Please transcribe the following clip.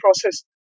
process